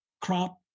crop